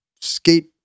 skate